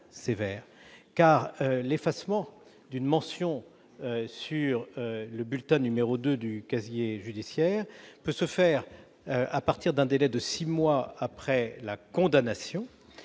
l'effacement d'une mention sur le bulletin n° 2 du casier judiciaire peut se faire à partir d'un délai de six mois après la condamnation.